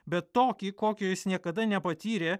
bet tokį kokio jis niekada nepatyrė